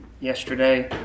yesterday